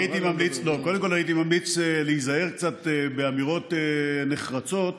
הוא מוכיח את סדרי הגודל שאליהם אנחנו נחשפים: